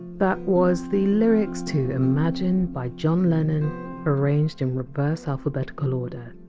that was the lyrics to! imagine! by john lennon arranged in reverse alphabetical order,